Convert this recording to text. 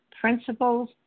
principles